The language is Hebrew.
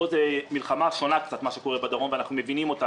פה במה שקורה בדרום זה מלחמה שונה במקצת ואנחנו מבינים אותה,